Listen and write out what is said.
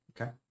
Okay